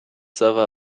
server